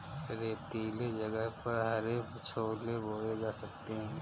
रेतीले जगह पर हरे छोले बोए जा सकते हैं